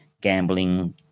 gambling